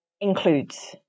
includes